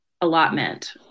allotment